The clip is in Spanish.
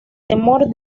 temor